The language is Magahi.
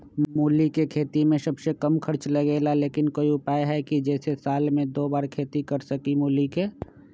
मूली के खेती में सबसे कम खर्च लगेला लेकिन कोई उपाय है कि जेसे साल में दो बार खेती करी मूली के?